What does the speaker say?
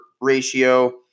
ratio